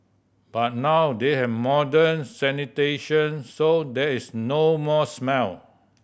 but now they have modern sanitation so there is no more smell